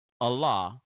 Allah